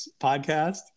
podcast